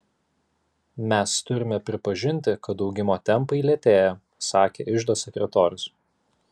mes turime pripažinti kad augimo tempai lėtėja sakė iždo sekretorius